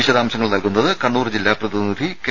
വിശദാംശങ്ങൾ നൽകുന്നത് കണ്ണൂർ ജില്ലാ പ്രതിനിധി കെ